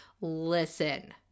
Listen